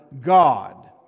God